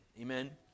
Amen